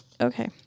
okay